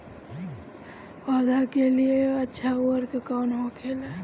पौधा के लिए अच्छा उर्वरक कउन होखेला?